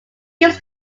gives